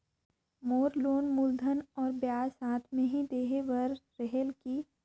मोर loan मूलधन और ब्याज साथ मे ही देहे बार रेहेल की?